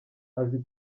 azi